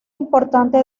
importante